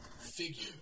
figure-